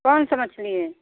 कौन सा मछली है